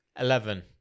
Eleven